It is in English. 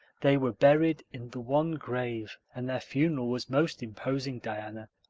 they were buried in the one grave and their funeral was most imposing, diana.